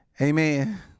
Amen